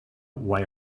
why